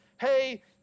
hey